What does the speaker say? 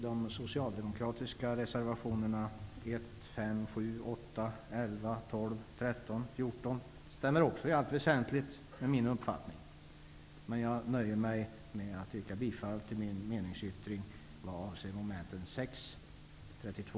De socialdemokratiska reservationerna 1, 5, 7, 8, 11, 12, 13 och 14 stämmer också i allt väsentligt med min uppfattning, men jag nöjer mig med att yrka bifall till min meningsyttring vad avser mom. 6, 32